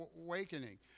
awakening